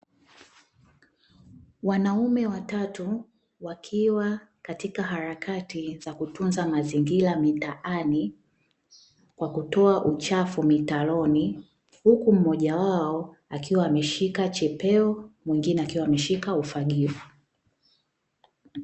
Wanaume watatu wakiwa katika harakati za kutunza mazingira mitaani kwa kutoa uchafu mitaroni, huku mmoja wao akiwa ameshika chepeo mwengine akiwa ameshika ufagio.